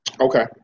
Okay